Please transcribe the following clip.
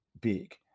big